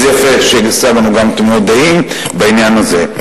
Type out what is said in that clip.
אז יפה שהשגנו גם תמימות דעים בעניין הזה.